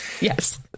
yes